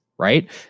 right